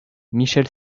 michel